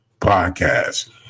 Podcast